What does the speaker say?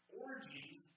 orgies